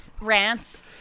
rants